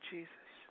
Jesus